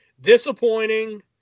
disappointing